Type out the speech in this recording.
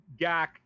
Gak